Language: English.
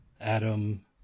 Adam